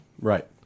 Right